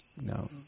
No